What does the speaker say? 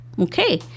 Okay